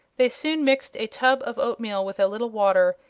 they soon mixed a tub of oatmeal with a little water,